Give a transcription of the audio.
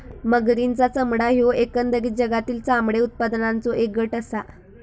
मगरींचा चामडा ह्यो एकंदरीत जगातील चामडे उत्पादनाचों एक गट आसा